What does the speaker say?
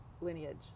lineage